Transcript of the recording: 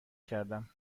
کردم